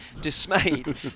Dismayed